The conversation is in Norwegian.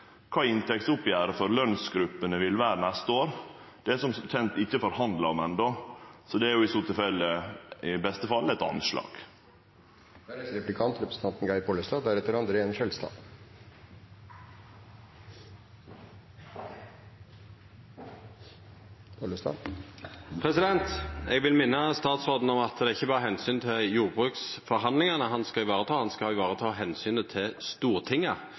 kva inntektsoppgjeret for lønsgruppene vil vere neste år. Det er det som kjent ikkje forhandla om enno, så det er i så tilfelle i beste fall eit anslag. Eg vil minna statsråden om at det ikkje berre er omsynet til jordbruksforhandlingane han skal vareta, han skal vareta omsynet til Stortinget,